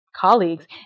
colleagues